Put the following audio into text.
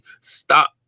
stop